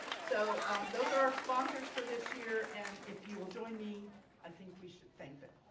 so those are our sponsors for this year and if you will join me i think we should thank them.